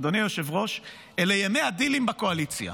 אדוני היושב-ראש, אלה ימי הדילים בקואליציה,